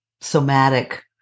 somatic